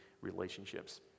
relationships